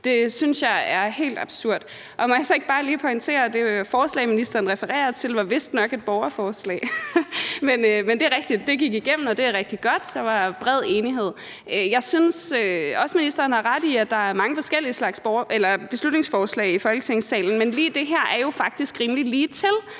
Det synes jeg er helt absurd. Og må jeg så ikke bare lige pointere, at det forslag, ministeren refererer til, vistnok var et borgerforslag. Men det er rigtigt, at det gik igennem, og det er rigtig godt; der var bred enighed. Jeg synes også, ministeren har ret i, at der er mange forskellige slags beslutningsforslag i Folketingssalen, men lige det her er jo faktisk rimelig ligetil